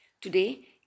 today